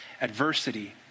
adversity